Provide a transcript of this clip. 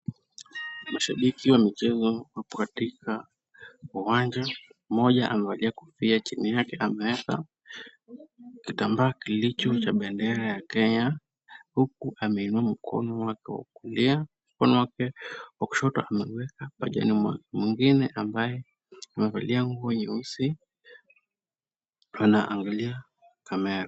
Mashabiki wa mchezo wapo katika uwanja, mmoja amevalia kofia chini yake ameweka kitambaa kilicho cha bendera ya Kenya huku ameinua mkono wake wa kulia. Mkono wake wa kushoto ameuweka pajani mwake. Mwingine ambaye amevalia nguo nyeusi anaangalia kamera.